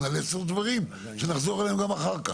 על עשרה דברים שנחזור עליהם גם אחר כך.